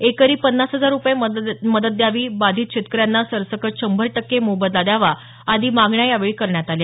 एकरी पन्नास हजार रुपये मदत द्यावी बाधित शेतकऱ्यांना सरसकट शंभर टक्के मोबदला द्यावा आदी मागण्या यावेळी करण्यात आल्या